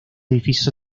edificios